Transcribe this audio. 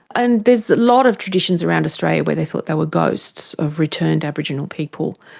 and there's a lot of traditions around australia where they thought they were ghosts of returned aboriginal people.